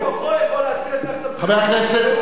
הוא בכוחו יכול להציל את מערכת הבריאות,